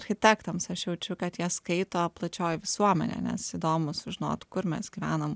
architektams aš jaučiu kad jas skaito plačioji visuomenė nes įdomu sužinot kur mes gyvename